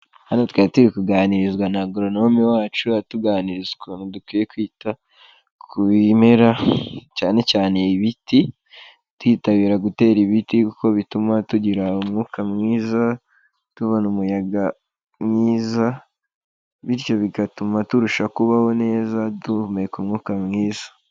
Hano twiri turi kuganirizwa na goronome wacu, atuganiriza ukuntu dukwiye kwita ku bimera cyane cyane ibiti, twitabira gutera ibiti kuko bituma tugira umwuka mwiza, tubona umuyaga mwiza, bityo bigatuma turushaho kubaho neza duhumeka umwuka mwiza.